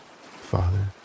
father